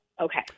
Okay